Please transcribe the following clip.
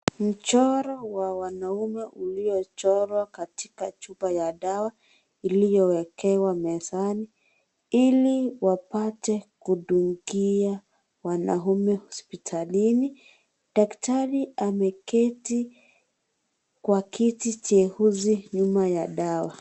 Mchoro wa wanaume uliochorwa katika chupa ya dawa iliyowekewa mezani ili wapate kudungia wanaume hospitalini. Daktari ameketi Kwa kiti jeusi nyuma ya dawa.